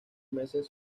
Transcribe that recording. meses